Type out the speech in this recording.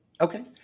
Okay